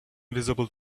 visible